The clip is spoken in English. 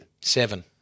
Seven